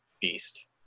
beast